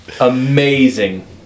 amazing